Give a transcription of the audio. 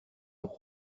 leurs